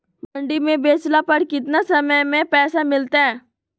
मंडी में बेचला पर कितना समय में पैसा मिलतैय?